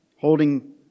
Holding